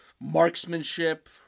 marksmanship